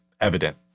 evident